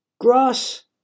Grass